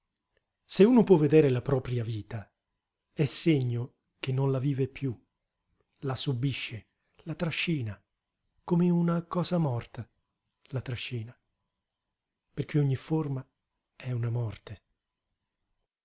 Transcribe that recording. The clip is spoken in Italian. se uno può vedere la propria vita è segno che non la vive piú la subisce la trascina come una cosa morta la trascina perché ogni forma è una morte